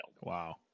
Wow